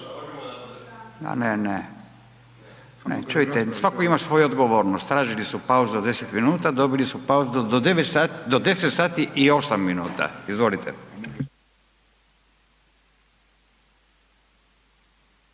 A, ne, ne. Čujte svatko ima svoju odgovornost, tražili su pauzu od 10 minuta, dobili su pauzu do 10,08 sati. Izvolite.